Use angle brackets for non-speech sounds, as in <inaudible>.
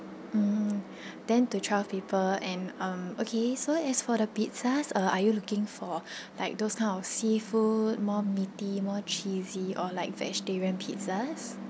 mm <breath> ten to twelve people and um okay so as for the pizzas uh are you looking for <breath> like those kind of seafood more meaty more cheesy or like vegetarian pizzas